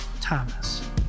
Thomas